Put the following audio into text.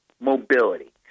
mobility